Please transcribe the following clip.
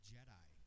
Jedi